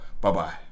Bye-bye